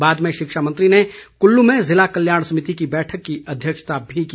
बाद में शिक्षा मेंत्री ने कुल्लू में जिला कल्याण समिति की बैठक की अध्यक्षता भी की